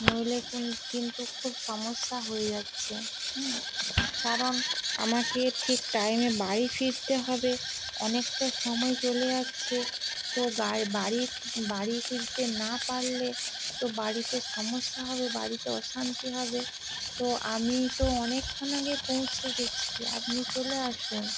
নইলে কুন কিন্তু খুব সমস্যা হয়ে যাচ্ছে কারণ আমাকে ঠিক টাইমে বাড়ি ফিরতে হবে অনেকটা সময় চলে যাচ্ছে তো গাড়ি বাড়ি বাড়ি ফিরতে না পারলে তো বাড়িতে সমস্যা হবে বাড়িতে অশান্তি হবে তো আমি তো অনেকক্ষণ আগে পৌঁছে গেছি আপনি চলে আসুন